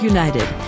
United